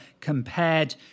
compared